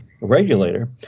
regulator